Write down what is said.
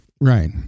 Right